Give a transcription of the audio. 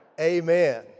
amen